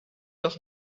doch